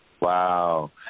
Wow